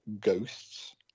ghosts